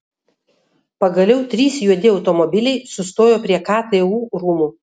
pagaliau trys juodi automobiliai sustojo prie ktu rūmų